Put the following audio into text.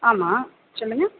ஆமாம் சொல்லுங்க